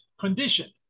condition